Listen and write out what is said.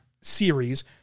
series